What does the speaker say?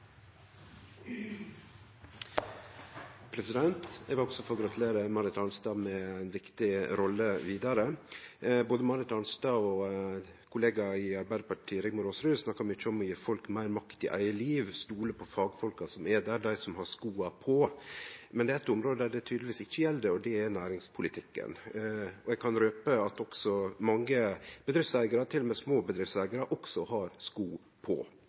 gje folk meir makt i eige liv, stole på fagfolka som er der, dei som har skoa på. Men det er eitt område der det tydelegvis ikkje gjeld, og det er næringspolitikken. Eg kan røpe at også mange bedriftseigarar, til og med småbedriftseigarar, har sko på